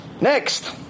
Next